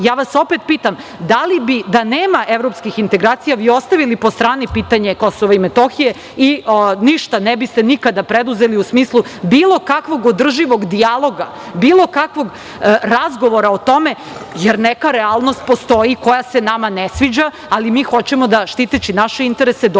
ja vas opet pitam da li bi da nema evropskih integracija vi ostavili po strani pitanje Kosova i Metohije i ništa ne biste nikada preduzeli u smislu bilo kakvog održivog dijaloga, bilo kakvog razgovora o tome, jer neka realnost postoji koja se nama ne sviđa, ali mi hoćemo da štiteći naše interese dođemo